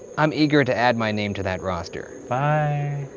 i'm eager to add my name to that roster. bye.